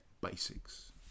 basics